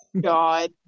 God